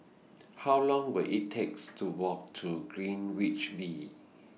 How Long Will IT takes to Walk to Greenwich V